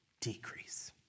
decrease